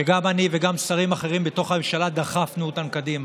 שגם אני וגם שרים אחרים בתוך הממשלה דחפנו אותן קדימה: